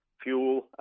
fuel